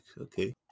Okay